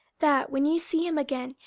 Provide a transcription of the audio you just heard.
that, when ye see him again,